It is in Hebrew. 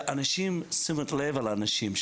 שאנשים יתנו תשומת לב לאותם אנשים,